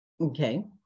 Okay